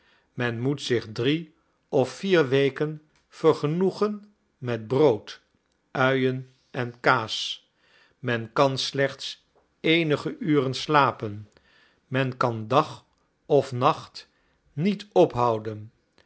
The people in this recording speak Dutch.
men moet zich drie of vier weken vergenoegen met brood uien en kaas men kan slechts eenige uren slapen men kan dag of nacht niet ophouden